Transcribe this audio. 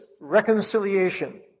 reconciliation